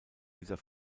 dieser